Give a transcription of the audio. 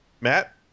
Matt